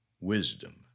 wisdom